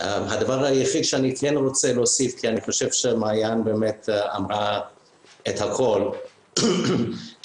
הדבר שאני כן רוצה להוסיף ואני חושב שמעיין אמרה את הכול - זה